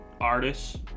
artists